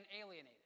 alienated